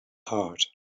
heart